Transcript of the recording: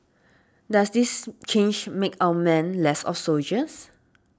does this change make our men less of soldiers